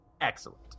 Excellent